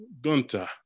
Gunta